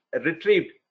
retrieved